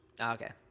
Okay